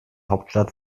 hauptstadt